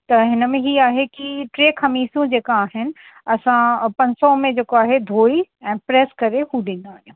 त हिनमें ई आहे कि टे खमीसूं जेका आहिनि असां पंज सौ में जेको आहे धोई ऐं प्रेस करे पोइ ॾींदा आहियूं